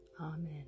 Amen